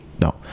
no